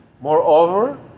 Moreover